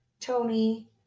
Tony